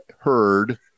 heard